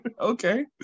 Okay